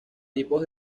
tipos